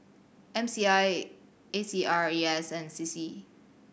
M C I A C R E S and C C